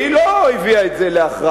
והיא לא הביאה את זה להכרעה.